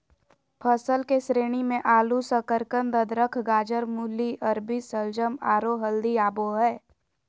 फसल के श्रेणी मे आलू, शकरकंद, अदरक, गाजर, मूली, अरबी, शलजम, आरो हल्दी आबो हय